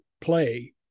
play